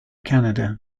canada